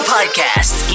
Podcast